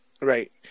Right